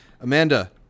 Amanda